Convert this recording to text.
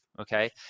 Okay